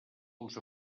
els